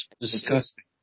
Disgusting